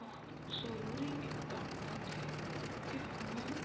بہت ضروری اقدامات ہیں کہ ہمیں